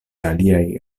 aliaj